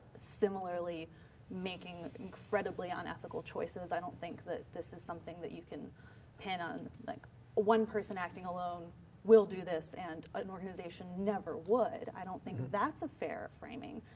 similarly making incredibly unethical choices. i don't think that this is something that you can pin on like one person acting alone will do this and an organization never would. i don't think that's a fair framing.